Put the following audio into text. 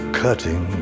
cutting